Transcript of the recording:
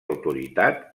autoritat